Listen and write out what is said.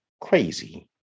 crazy